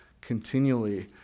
continually